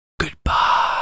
goodbye